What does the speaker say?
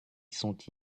sont